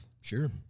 Sure